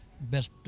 best